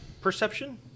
perception